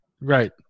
Right